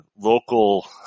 local